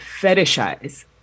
fetishize